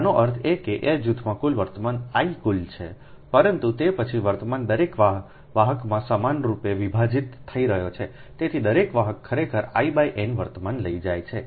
આનો અર્થ એ કે આ જૂથમાં કુલ વર્તમાન I કુલ છે પરંતુ તે પછી વર્તમાન દરેક વાહકમાં સમાનરૂપે વિભાજીત થઈ રહ્યો છે તેથી દરેક વાહક ખરેખર I n વર્તમાન લઈ જાય છે